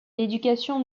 l’éducation